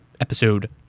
episode